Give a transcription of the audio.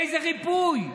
איזה ריפוי?